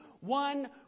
one